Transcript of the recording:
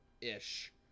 ish